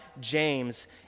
James